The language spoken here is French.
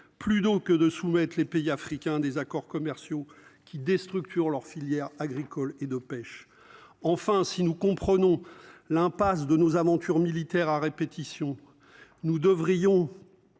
Plus d'eau que de soumettre les pays africains des accords commerciaux qui déstructure leur filière agricole et de pêche. Enfin si nous comprenons l'impasse de nos aventures militaires à répétition. Nous devrions.